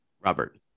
Robert